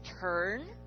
turn